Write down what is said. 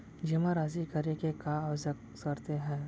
जेमा राशि करे के का आवश्यक शर्त होथे?